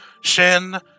shin